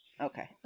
okay